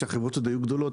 כשהחברות עוד היו גדולות,